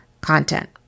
content